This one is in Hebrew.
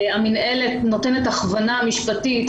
המינהלת נותנת הכוונה משפטית,